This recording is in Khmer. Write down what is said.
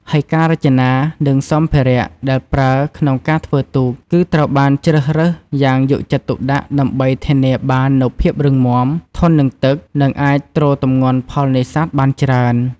ហើយការរចនា និងសម្ភារៈដែលប្រើក្នុងការធ្វើទូក គឺត្រូវបានជ្រើសរើសយ៉ាងយកចិត្តទុកដាក់ ដើម្បីធានាបាននូវភាពរឹងមាំ ធន់នឹងទឹក និងអាចទ្រទម្ងន់ផលនេសាទបានច្រើន។